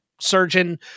surgeon